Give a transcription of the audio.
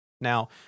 Now